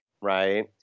right